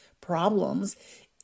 problems